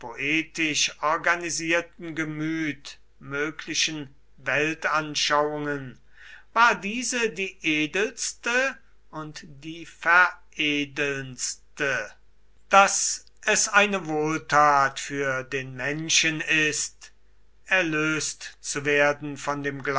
poetisch organisierten gemüt möglichen weltanschauungen war diese die edelste und die veredelndste daß es eine wohltat für den menschen ist erlöst zu werden von dem